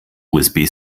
usb